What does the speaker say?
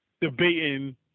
debating